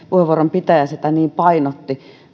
pitäjä sitä niin painotti